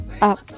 Up